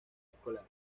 escolar